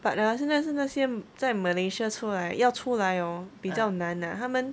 but ah 现在是那些在 malaysia 出来要出来 oh 比较难 ah 他们